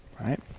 right